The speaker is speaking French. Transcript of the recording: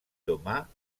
thomas